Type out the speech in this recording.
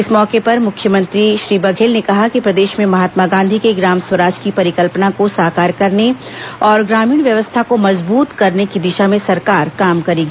इस मौके पर मुख्यमंत्री श्री बघेल ने कहा कि प्रदेश में महात्मा गांधी के ग्राम स्वराज की परिकल्पना को साकार करने और ग्रामीण व्यवस्था को मजबूत करने की दिशा में सरकार काम करेगी